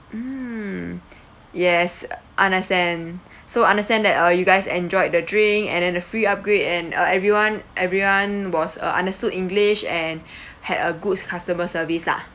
mm yes understand so understand that uh you guys enjoyed the drink and then the free upgrade and uh everyone everyone was uh understood english and had a good customer service lah